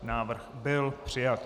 Návrh byl přijat.